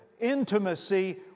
intimacy